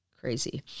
Crazy